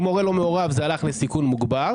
אם ההורה לא מעורב זה הלך לסיכון מוגבר.